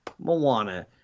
moana